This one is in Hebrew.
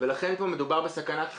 מדובר בסכנת חיים,